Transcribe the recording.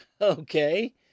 okay